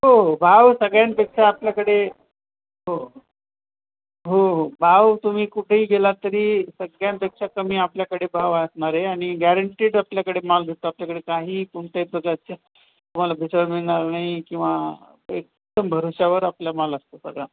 हो हो भाव सगळ्यांपेक्षा आपल्याकडे हो हो हो भाव तुम्ही कुठेही गेलात तरी सगळ्यांपेक्षा कमी आपल्याकडे भाव असणार आहे आणि गॅरेंटीड आपल्याकडे माल भेटतो आपल्याकडे काही कोणत्याही प्रकाराच्या तुम्हाला भेसळ मिळणार नाही किंवा एकदम भरवश्यावर आपल्या माल असतो सगळा